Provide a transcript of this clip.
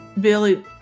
Billy